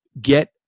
get